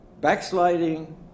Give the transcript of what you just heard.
backsliding